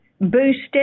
boosted